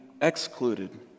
excluded